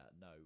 no